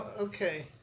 okay